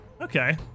Okay